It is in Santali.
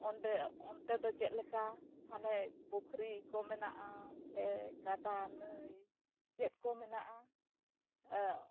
ᱚᱸᱰᱮ ᱚᱱᱛᱮ ᱫᱚ ᱪᱮᱫ ᱞᱮᱠᱟ ᱢᱟᱱᱮ ᱯᱩᱠᱷᱨᱤ ᱠᱚ ᱢᱮᱱᱟᱜᱼᱟ ᱥᱮ ᱜᱟᱰᱟ ᱱᱟᱹᱭ ᱪᱮᱫ ᱠᱚ ᱢᱮᱱᱟᱜᱼᱟ